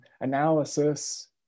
analysis